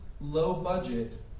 low-budget